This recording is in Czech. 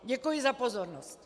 Děkuji za pozornost.